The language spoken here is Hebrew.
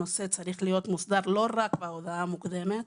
הנושא צריך להיות מוסדר לא רק בהודעה המוקדמת,